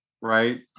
Right